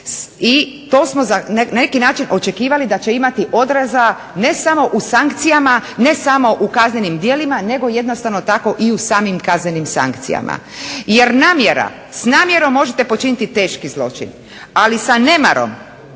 i to smo na neki način očekivali da će imati odraza ne samo u sankcijama, ne samo u kaznenim djelima nego jednostavno tako i u samim kaznenim sankcijama. Jer namjera, s namjerom možete počiniti zločin, ali sa nemarom